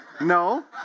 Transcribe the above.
No